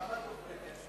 כמה דוברים יש?